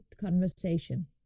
conversation